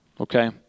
okay